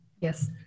Yes